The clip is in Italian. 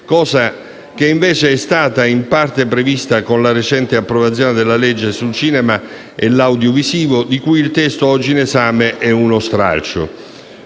cosa che invece è stata in parte prevista con la recente approvazione della legge sul cinema e l'audiovisivo, di cui il testo oggi in esame è uno stralcio.